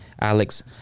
Alex